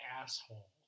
asshole